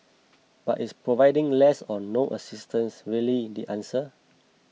but is providing less or no assistance really the answer